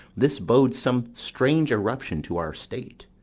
this bodes some strange eruption to our state.